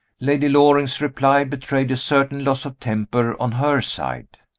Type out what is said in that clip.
lady loring's reply betrayed a certain loss of temper on her side.